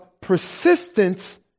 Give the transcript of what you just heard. persistence